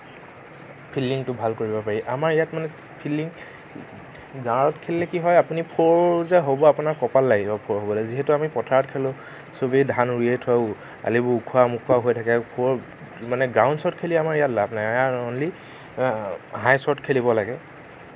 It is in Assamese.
ফিল্ডিংটো ভাল কৰিব পাৰি আমাৰ ইয়াত মানে ফিল্ডিং গাঁৱত খেলিলে কি হয় আপুনি ফ'ৰ যে হ'ব আপোনাৰ কপাল লাগিব ফ'ৰ হ'বলে যিহেতু আমি পথাৰত খেলোঁ সবেই ধান উলিয়াই থয় আলিবোৰ ওখোৰা মোখোৰা হৈ থাকে ফ'ৰ মানে গাঁও অঞ্চলত খেলি আমাৰ লাভ নাই এয়া অনলি হাই শ্বট খেলিব লাগে